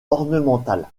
ornementale